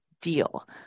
deal